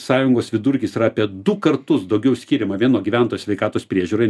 sąjungos vidurkis yra apie du kartus daugiau skiriama vieno gyventojo sveikatos priežiūrai